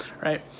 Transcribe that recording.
right